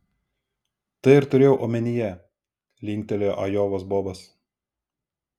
tai ir turėjau omenyje linktelėjo ajovos bobas